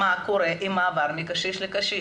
מה קורה עם נושא המעבר מקשיש לקשיש.